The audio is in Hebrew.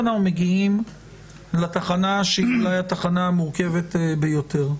אנחנו מגיעים לתחנה שהיא אולי המורכבת ביותר.